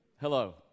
hello